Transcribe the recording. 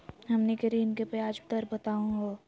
हमनी के ऋण के ब्याज दर बताहु हो?